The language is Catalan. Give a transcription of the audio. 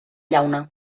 llauna